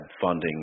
funding